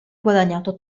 guadagnato